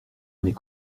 mes